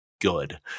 good